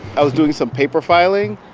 i was doing some paper filing,